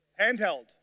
Handheld